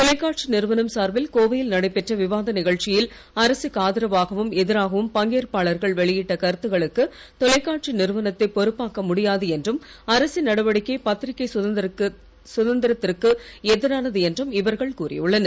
தொலைக்காட்சி நிறுவனம் சார்பில் கோவை யில் நடைபெற்ற விவாத நிகழ்ச்சியில் அரசுக்கு ஆதரவாகவும் எதிராகவும் பங்கேற்பாளர்கள் வெளியிட்ட கருத்துக்களுக்கு தொலைக்காட்சி நிறுவனத்தை பொறுப்பாக்க முடியாது என்றும் அரசின் நடவடிக்கை பத்திரிகை சுதந்திரத்திற்கு எதிரானது என்றும் இவர்கள் கூறியுள்ளனர்